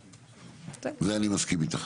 על זה אני מסכים איתך.